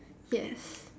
yes